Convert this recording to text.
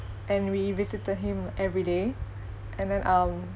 and we visited him every day and then um